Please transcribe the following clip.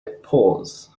pause